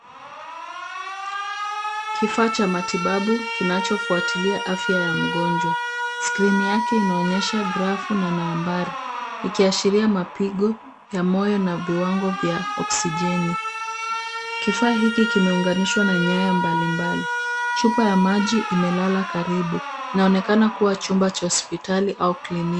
Kifaa cha matibabu kinachofuatilia afya ya mgonjwa, Skrini yake inaonyesha grafu na nambari, ikiashiria mapigo ya moyo na viwango vya oksijeni. Kifaa hiki kimeunganishwa na nyaya mbalimbali. Chupa ya maji imelala karibu, inaonekana kuwa chumba cha hospitali au kliniki.